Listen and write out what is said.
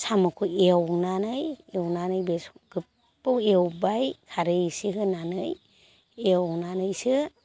साम'खौ एवनानै एवनानै बे गोबाव एवबाय खारै एसे होनानै एवनानैसो